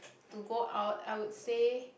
to go out I would say